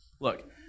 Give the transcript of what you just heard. Look